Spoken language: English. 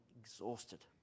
exhausted